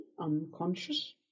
unconscious